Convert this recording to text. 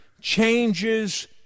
changes